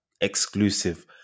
exclusive